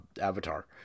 avatar